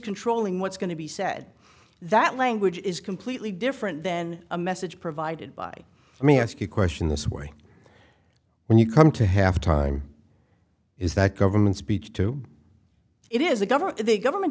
controlling what's going to be said that language is completely different then a message provided by me ask a question this way when you come to have time is that government speak to it is a government that the government